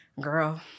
girl